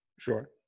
Sure